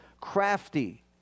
crafty